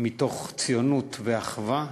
מתוך ציונות ואחווה.